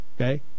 Okay